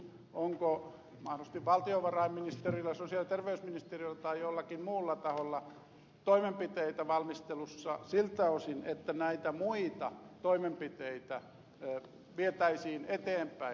onko mahdollisesti valtiovarainministerillä sosiaali ja terveysministerillä tai jollakin muulla taholla toimenpiteitä valmistelussa siltä osin että näitä muita toimenpiteitä vietäisiin eteenpäin